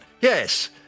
Yes